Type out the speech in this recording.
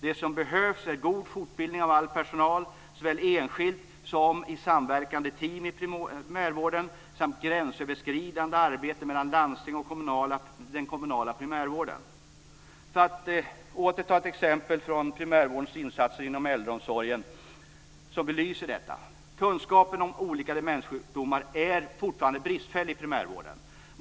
Det som behövs är god fortbildning av all personal såväl enskilt som i samverkande team i primärvården samt gränsöverskridande arbete mellan landsting och den kommunala primärvården. Jag ska åter ta ett exempel från primärvårdens insatser inom äldreomsorgen som belyser detta. Kunskapen om olika demenssjukdomar är fortfarande bristfällig i primärvården.